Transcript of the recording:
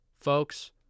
Folks